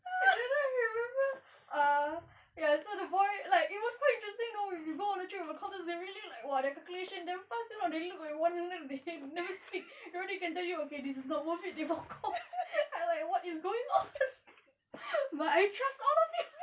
I didn't remember ah ya so the boy like it was quite interesting though when we go on the trip cause they really like !wah! their calculations damn fast they look like they never speak they already can tell you okay this is not worth it they walk off I like what is going on but I trust all of you